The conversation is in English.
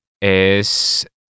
es